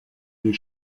des